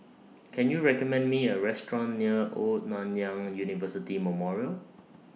Can YOU recommend Me A Restaurant near Old Nanyang University Memorial